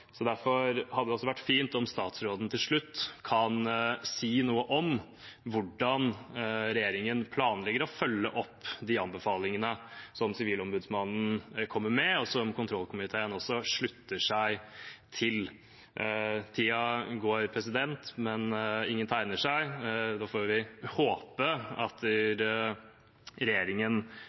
Derfor hadde det vært fint om statsråden til slutt kan si noe om hvordan regjeringen planlegger å følge opp de anbefalingene som Sivilombudsmannen kommer med, og som kontrollkomiteen også slutter seg til. Tiden går, men ingen tegner seg. Da får vi håpe at regjeringen